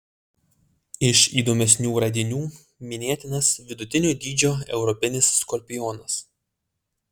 iš įdomesnių radinių minėtinas vidutinio dydžio europinis skorpionas